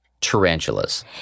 tarantulas